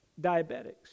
diabetics